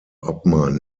obmann